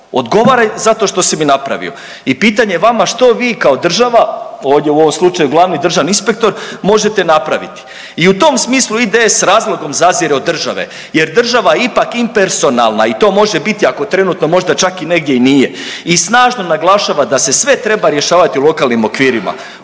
odgovaraj za to što si mi napravio. I pitanje vama, što vi kao država ovdje u ovom slučaju glavni državni inspektor možete napraviti? I u tom smislu IDS s razlogom zazire od države jer država je ipak impersonalna i to može biti ako trenutno možda čak i negdje i nije i snažno naglašava da se sve treba rješavati u lokalnim okvirima,